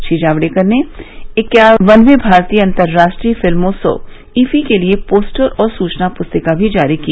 श्री जावडेकर ने इक्यानबवें भारतीय अंतरराष्ट्रीय फिल्मोत्सव ईफी के लिए पोस्टर और सूचना पुस्तिका भी जारी की